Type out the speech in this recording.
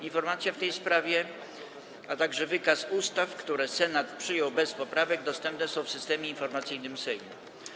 Informacja w tej sprawie, a także wykaz ustaw, które Senat przyjął bez poprawek, dostępne są w Systemie Informacyjnym Sejmu.